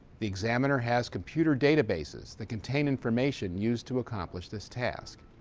the examiner has computer databases that contain information used to accomplish this task.